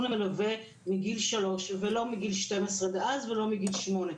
למלווה מגיל שלוש ולא מגיל 12 דאז ולא מגיל שמונה.